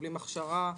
מקבלים הכשרה,